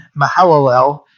Mahalalel